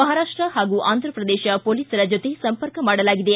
ಮಹಾರಾಷ್ಟ ಹಾಗೂ ಆಂಧ್ರಪ್ರದೇಶ ಪೊಲೀಸರ ಜತೆ ಸಂಪರ್ಕ ಮಾಡಲಾಗಿದೆ